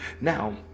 Now